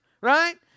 right